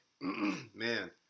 man